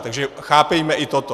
Takže chápejme i toto.